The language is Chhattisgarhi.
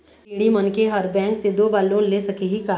ऋणी मनखे हर बैंक से दो बार लोन ले सकही का?